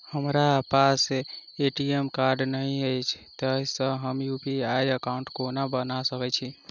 हमरा पास ATM card नहि अछि तए हम यु.पी.आई एकॉउन्ट कोना बना सकैत छी